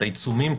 את העיצומים,